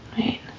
right